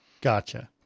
Gotcha